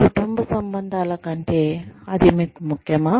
మీ కుటుంబ సంబంధాల కంటే ఇది మీకు ముఖ్యమా